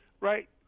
right